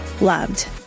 loved